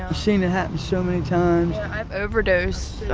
seen it happen so many times i've overdosed